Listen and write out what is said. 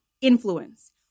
influence